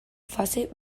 fase